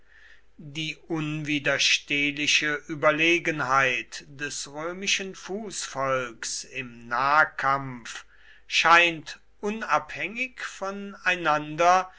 die unwiderstehliche überlegenheit des römischen fußvolks im nahkampf scheint unabhängig voneinander